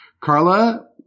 Carla